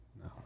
No